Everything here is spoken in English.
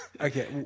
Okay